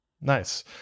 Nice